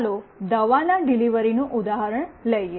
ચાલો દવાના ડિલિવરીનું ઉદાહરણ લઈએ